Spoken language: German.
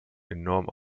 enorm